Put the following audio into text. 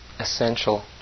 Essential